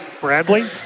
Bradley